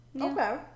okay